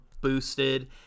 boosted